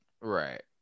right